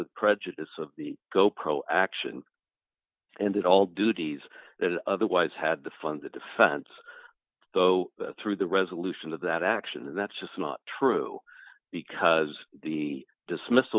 with prejudice of the go pro action and all duties that otherwise had to fund the defense go through the resolution of that action and that's just not true because the dismiss